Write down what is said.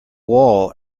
wall